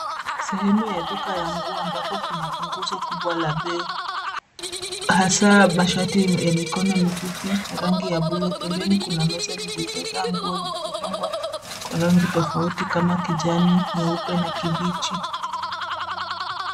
Sehemu ya duka ya nguo ambapo kuna punguzo kubwa la bei hasa mashati ya mikono mifupi rangi ya buluu. Pembeni kuna meza zilizojaa nguo zilizopangwa kwa rangi tofauti kama kijani, nyeupe na kibichi.